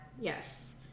Yes